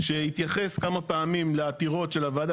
שהתייחס כמה פעמים לעתירות של הוועדה,